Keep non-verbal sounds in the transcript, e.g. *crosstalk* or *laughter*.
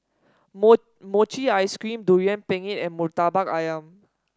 *unintelligible* Mochi Ice Cream Durian Pengat and Murtabak ayam